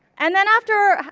and then after,